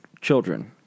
children